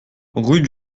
rue